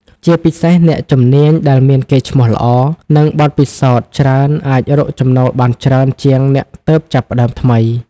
ជាពិសេសអ្នកជំនាញដែលមានកេរ្តិ៍ឈ្មោះល្អ និងបទពិសោធន៍ច្រើនអាចរកចំណូលបានច្រើនជាងអ្នកទើបចាប់ផ្តើមថ្មី។